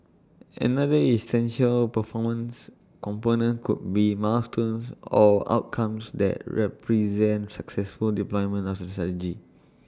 another essential performance component could be milestones or outcomes that represent successful deployment of the strategy